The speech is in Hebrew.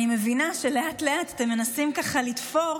אני מבינה שלאט-לאט אתם מנסים לתפור